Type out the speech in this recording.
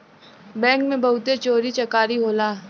bank में बहुते चोरी चकारी होला